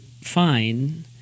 fine